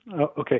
okay